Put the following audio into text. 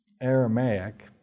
Aramaic